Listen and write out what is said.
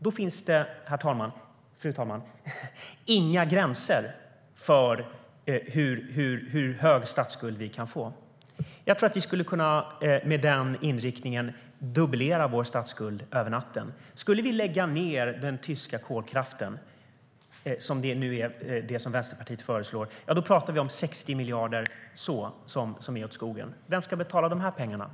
Då finns det, fru talman, inga gränser för hur hög statsskuld vi kan få. Jag tror att vi med den inriktningen över en natt skulle kunna dubblera vår statsskuld. Skulle vi lägga ned den tyska kolkraften, det som Vänsterpartiet föreslår, talar vi om 60 miljarder åt skogen. Vem ska stå för de pengarna?